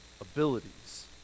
abilities